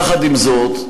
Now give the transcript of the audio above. יחד עם זאת,